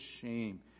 shame